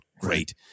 Great